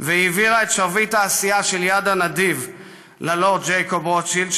והעבירה את שרביט העשייה של יד הנדיב ללורד ג'ייקוב רוטשילד,